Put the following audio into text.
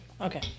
Okay